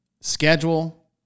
Schedule